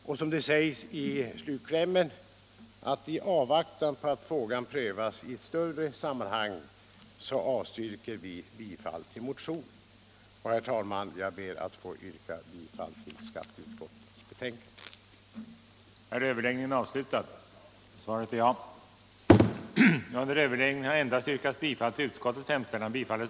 Det säger vi också i slutklämmen: ”i avvaktan på att frågan prövas i sitt större sammanhang avstyrker utskottet bifall till motionen”. Herr talman! Jag ber att få yrka bifall till skatteutskottets hemställan.